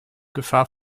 gefahr